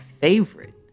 favorite